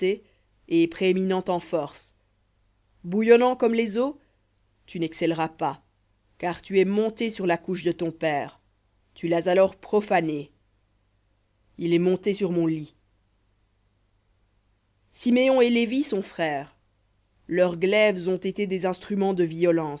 et prééminent en force bouillonnant comme les eaux tu n'excelleras pas car tu es monté sur la couche de ton père tu l'as alors profanée il est monté sur mon lit siméon et lévi sont frères leurs glaives ont été des instruments de violence